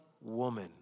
woman